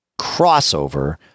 crossover